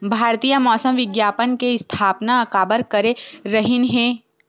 भारती मौसम विज्ञान के स्थापना काबर करे रहीन है?